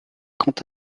quant